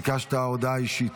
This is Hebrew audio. ביקשת הודעה אישית.